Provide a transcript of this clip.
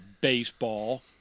baseball